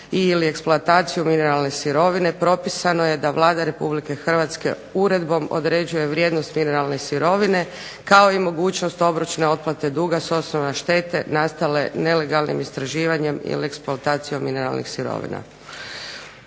i/ili eksploataciju mineralne sirovine, propisano je da Vlada Republike Hrvatske uredbom određuje vrijednost mineralne sirovine, kao i mogućnost obročne otplate duga s osnova štete nastale nelegalnim istraživanjem, ili eksploatacijom mineralnih sirovina.